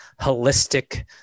holistic